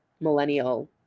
millennial